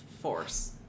force